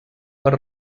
per